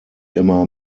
immer